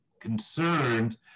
concerned